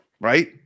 right